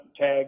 tag